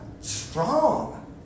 strong